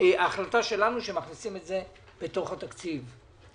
ההחלטה שלנו שמכניסים את זה בתוך התקציב.